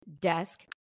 desk